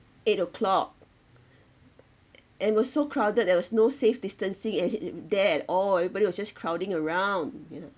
eight o'clock and was so crowded there was no safe distancing at there at all everybody were just crowding around